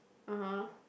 (uh huh)